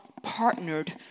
partnered